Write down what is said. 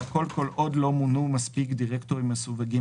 והכול כל עוד לא מונו מספיק דירקטורים מסווגים